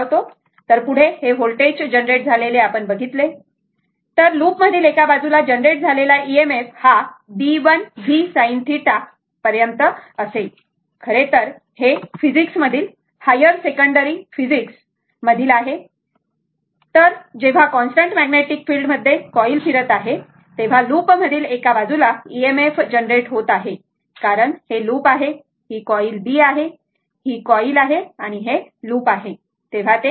तर पुढे हे वोल्टेज जनरेट झालेले आपण बघितले तर लूप मधील एका बाजूला जनरेट झालेला EMF हा Bl v sin θ पर्यंत असेल खरे तर हे फिजिक्स मधील हायर सेकंडरी फिजिक्स मधील आहे तर जेव्हा कॉन्स्टंट मॅग्नेटिक फिल्ड मध्ये कॉईल फिरत आहे तेव्हा लूप मधील एका बाजूला EMF जनरेट होत आहे कारण हे लूप आहे ही कॉईल B आहे ही कॉईल आहे आणि हे लूप आहे